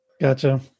Gotcha